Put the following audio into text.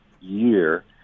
year